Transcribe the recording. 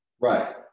right